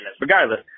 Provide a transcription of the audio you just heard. Regardless